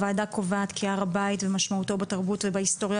הוועדה קובעת כי הר הבית ומשמעותו בתרבות ובהיסטוריה